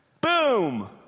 Boom